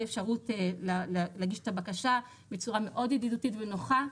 אפשרות להגיש את הבקשה בצורה מאוד ידידותית ונוחה.